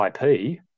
IP